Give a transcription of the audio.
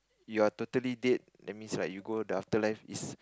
you are totally dead that means right you go the afterlife is